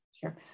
Sure